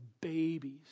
babies